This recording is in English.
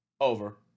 Over